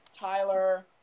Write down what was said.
Tyler